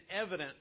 evident